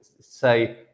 say